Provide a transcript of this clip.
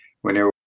whenever